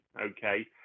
Okay